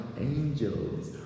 angels